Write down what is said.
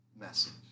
message